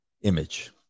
image